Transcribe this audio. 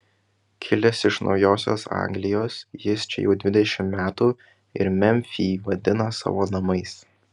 kilęs iš naujosios anglijos jis čia jau dvidešimt metų ir memfį vadina savo namais